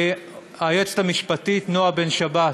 היועצת המשפטית נועה בן-שבת,